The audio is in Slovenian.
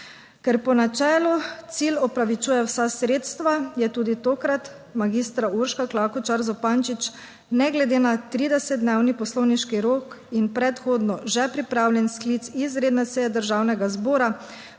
Ker po načelu cilj opravičuje vsa sredstva, je tudi tokrat magistra Urška Klakočar Zupančič ne glede na 30-dnevni poslovniški rok in predhodno že pripravljen sklic izredne seje Državnega zbora